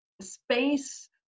space